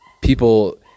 people